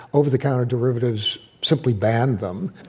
over-the-counter derivatives simply banned them,